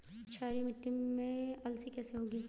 क्षारीय मिट्टी में अलसी कैसे होगी?